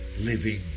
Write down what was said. Living